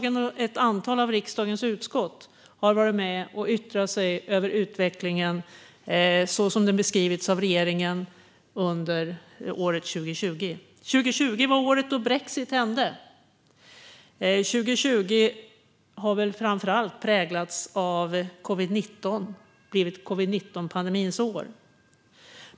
Ett antal av riksdagens utskott har varit med och yttrat sig över utvecklingen under 2020 så som den har beskrivits av regeringen. 2020 var året då brexit hände. År 2020 har väl framför allt präglats av covid-19 och blivit covid-19-pandemins år.